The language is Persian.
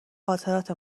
خاطرات